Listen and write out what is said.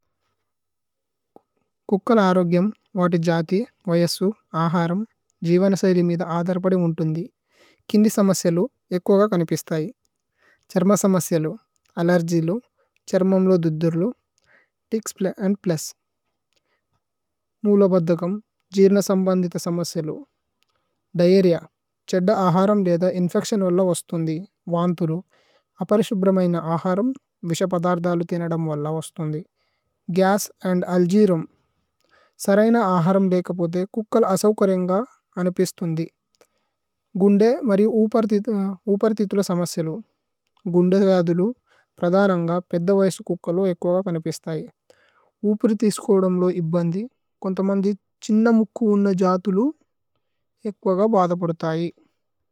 കുക്കല് ആരോഗ്യമ് വാതി ജാതി വയസു ആഹരമ്। ജീവനസയലി മിഥ ആധര്പദി ഉന്ഥുന്ധി। കിന്ദി സമസയലു ഏക്കോഗ കനിപിസ്തയി ഛര്മ। സമസയലു അലേര്ജിലു ഛര്മമ്ലോ ദുദ്ദുര്ലു തിച്ക്സ്। അന്ദ് പ്ലുസ് മൂലോ ബദ്ദകമ് ജീരന സമ്ബന്ദിഥ। സമസയലു ദിഅര്യ ഛദ്ദ ആഹരമ് വേദ ഇന്ഫേച്തിഓന്। വല്ല വസ്തുന്ധി വന്ഥുലു അപരിശുബ്രമയിന। ആഹരമ് വിശപദര്ദലു തേനദമ് വല്ല വസ്തുന്ധി। ഗസ് അന്ദ് അല്ജീരമ് സരയന ആഹരമ് ദേകപോദേ। കുക്കല് അസവുകരേന്ഗ അനപിസ്തുന്ധി ഗുന്ദേ മരി। ഉപര്ഥിഥുല സമസയലു ഗുന്ദേ വാദുലു പ്രദലന്ഗ। പേദ്ദ വൈസു കുക്കലു ഏക്കോഗ കനിപിസ്തയി ഊപിരി। ഥീസുകോദമലോ ഇബ്ബന്ദി കോന്തമന്ദി ഛിന്ന। മുക്കു ഉന്ന ജാതുലു ഏക്കോഗ ബദപോദതയി।